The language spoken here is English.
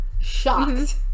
Shocked